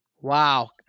Wow